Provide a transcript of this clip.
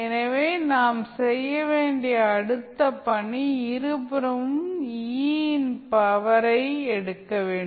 எனவே நாம் செய்ய வேண்டிய அடுத்த பணி இருபுறமும் e இன் பவரை எடுக்க வேண்டும்